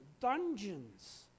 dungeons